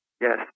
Yes